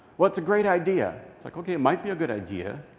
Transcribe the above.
well, it's a great idea. it's, like, okay. might be a good idea.